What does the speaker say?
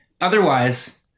Otherwise